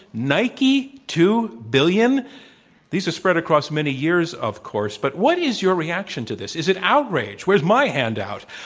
nike, two billion these are spread across many years, of course. but what is your reaction to this? is it outrage? where is my handout?